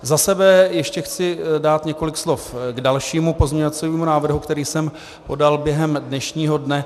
Za sebe ještě chci dát několik slov k dalšímu pozměňovacímu návrhu, který jsem podal během dnešního dne.